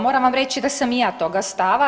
Moram vam reći da sam i ja toga stava.